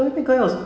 no ah